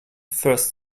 first